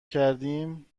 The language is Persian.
کردیم